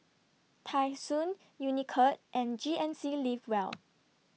Tai Sun Unicurd and G N C Live Well